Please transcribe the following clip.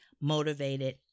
motivated